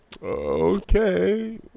Okay